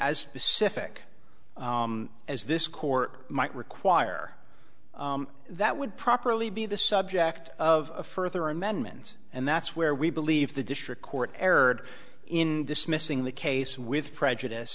as specific as this court might require that would properly be the subject of further amendments and that's where we believe the district court erred in dismissing the case with prejudice